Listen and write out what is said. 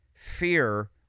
fear